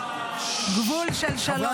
מהווה גבול של שלום --- איתמר, המקום שלך שם.